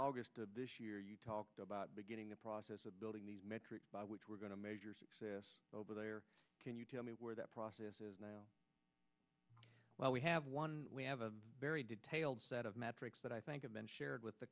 august of this year you talked about beginning the process of building the metric by which we're going to measure success over there can you tell me where that process is now well we have one we have a very detailed set of metrics that i think of then shared with the